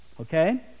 okay